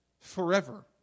Forever